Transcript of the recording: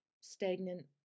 stagnant